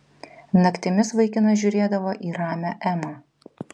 naktimis vaikinas žiūrėdavo į ramią emą